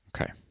Okay